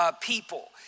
people